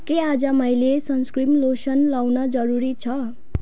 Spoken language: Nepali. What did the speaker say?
के आज मैले सनस्क्रिन लोसन लाउन जरुरी छ